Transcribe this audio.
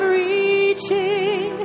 reaching